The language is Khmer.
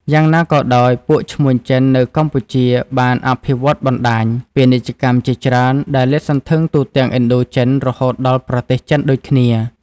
យ៉ាងណាក៏ដោយ ពួកឈ្មួញចិននៅកម្ពុជាបានអភិវឌ្ឍបណ្តាញពាណិជ្ជកម្មជាច្រើន ដែលលាតសន្ធឹងទូទាំងឥណ្ឌូចិនរហូតដល់ប្រទេសចិនដូចគ្នា ។